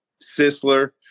sisler